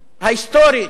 ההיסטורית,